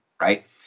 right